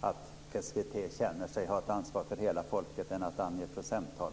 att SVT känner ett ansvar för hela folket än att ange ett procenttal.